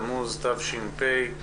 היום 13 ביולי, כ"א בתמוז תש"ף.